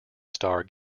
star